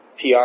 PR